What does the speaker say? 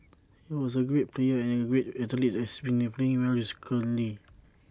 he was A great player and A great athlete and has been playing well recently